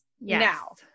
Now